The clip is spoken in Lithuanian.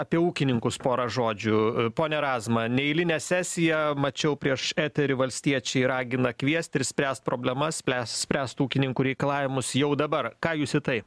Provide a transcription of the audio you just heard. apie ūkininkus porą žodžių pone razma neeilinę sesiją mačiau prieš eterį valstiečiai ragina kviesti ir spręst problemas spręs spręst ūkininkų reikalavimus jau dabar ką jūs į tai